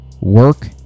work